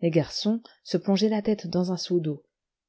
les garçons se plongeaient la tête dans un seau d'eau